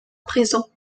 présent